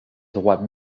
droit